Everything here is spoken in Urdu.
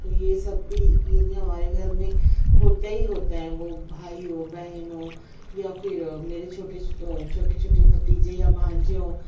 تو یہ سب بھی یعنی ہمارے گھر میں ہوتا ہی ہوتا ہے وہ بھائی ہو بہن ہو یا پھر میرے چھوٹے چھوٹے چھوٹے بھتیجے یا بھانجے ہوں